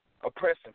oppressing